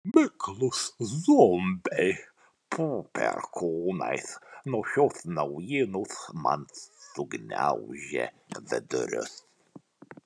miklūs zombiai po perkūnais nuo šios naujienos man sugniaužė vidurius